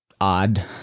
odd